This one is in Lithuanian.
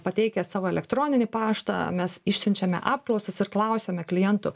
pateikę savo elektroninį paštą mes išsiunčiame apklausas ir klausiame klientų